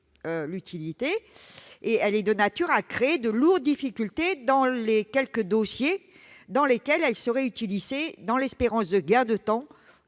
l'utilité et qui est de nature à créer de lourdes difficultés dans les quelques dossiers pour lesquels elle serait utilisée, dans l'espoir de gains de temps